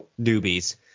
newbies